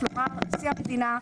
כלומר נשיא המדינה,